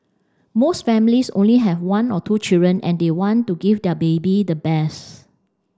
most families only have one or two children and they want to give their baby the best